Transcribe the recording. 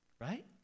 right